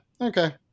okay